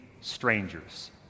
strangers